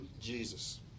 Jesus